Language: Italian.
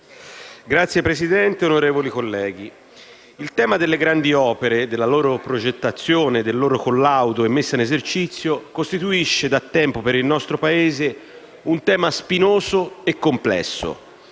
Signora Presidente, onorevoli colleghi, il tema delle grandi opere, della loro progettazione, del loro collaudo e messa in esercizio costituisce da tempo per il nostro Paese un tema spinoso e complesso: